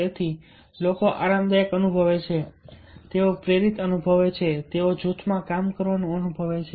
તેથી લોકો આરામદાયક અનુભવે છે તેઓ પ્રેરિત અનુભવે છે તેઓ જૂથમાં કામ કરવાનું અનુભવે છે